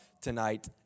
tonight